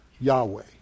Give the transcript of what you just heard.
Yahweh